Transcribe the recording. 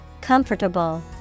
Comfortable